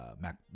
Mac